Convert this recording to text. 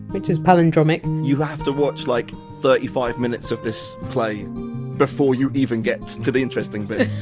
which is palindromic you have to watch like thirty five minutes of this play before you even get to the interesting bit,